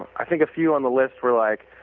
i think a few on the list were like